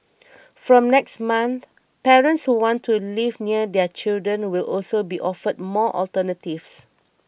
from next month parents who want to live near their children will also be offered more alternatives